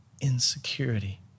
insecurity